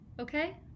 okay